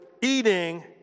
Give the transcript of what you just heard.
eating